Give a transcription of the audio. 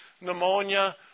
pneumonia